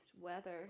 weather